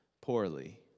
poorly